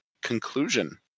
conclusion